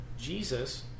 Jesus